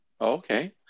Okay